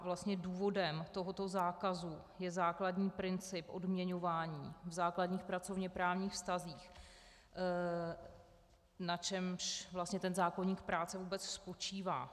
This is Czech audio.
Vlastně důvodem tohoto zákazu je základní princip odměňování v základních pracovněprávních vztazích, na čemž vlastně ten zákoník práce vůbec spočívá.